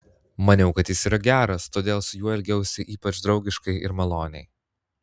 maniau kad jis yra geras todėl su juo elgiausi ypač draugiškai ir maloniai